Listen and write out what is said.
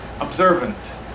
observant